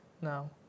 No